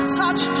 touch